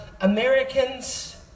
Americans